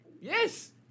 Yes